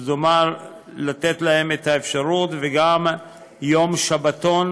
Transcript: שזה אומר לתת להם את האפשרות וגם יום שבתון